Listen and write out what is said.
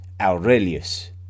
Aurelius